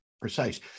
precise